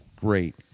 Great